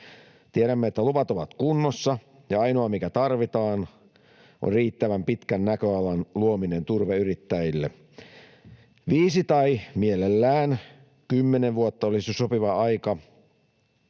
Tiedämme, että luvat ovat kunnossa ja ainoa, mikä tarvitaan, on riittävän pitkän näköalan luominen turveyrittäjille: 5 tai mielellään 10 vuotta olisi sopiva aika.